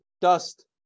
dust